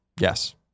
Yes